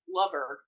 lover